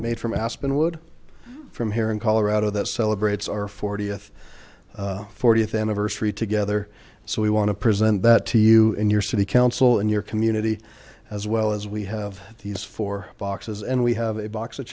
made from aspen wood from here in colorado that celebrates our fortieth fortieth anniversary together so we want to present that to you in your city council in your community as well as we have these four boxes and we have a box of